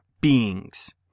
beings